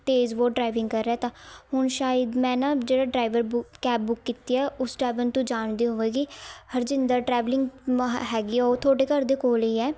ਤੇਜ਼ ਬਹੁਤ ਡਰਾਵਿੰਗ ਕਰ ਰਿਹਾ ਤਾ ਹੁਣ ਸ਼ਾਇਦ ਮੈਂ ਨਾ ਜਿਹੜਾ ਡਰਾਈਵਰ ਬੁੱਕ ਕੈਬ ਬੁੱਕ ਕੀਤੀ ਆ ਉਸ ਡਰਾਇਵਰ ਨੂੰ ਤੂੰ ਜਾਣਦੀ ਹੋਵੇਗੀ ਹਰਜਿੰਦਰ ਟ੍ਰੈਵਲਿੰਗ ਮ ਹੈਗੀ ਉਹ ਤੁਹਾਡੇ ਘਰ ਦੇ ਕੋਲ ਹੀ ਹੈ